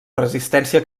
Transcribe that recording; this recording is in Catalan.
resistència